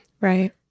Right